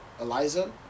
Eliza